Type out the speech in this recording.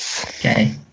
Okay